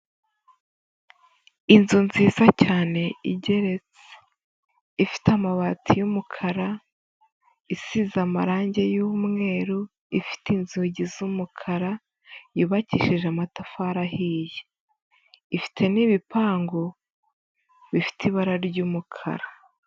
Inzu nziza cyane igeretse ifite amabati y'umukara isize amarange y'umweru, ifite inzugi z'umukara, yubakishije amatafari ahiye, ifite n'ibipangu bifite ibara ry'umukara.